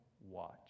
watch